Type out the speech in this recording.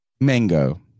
Mango